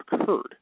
occurred